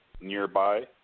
nearby